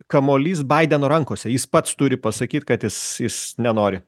kamuolys baideno rankose jis pats turi pasakyt kad jis jis nenori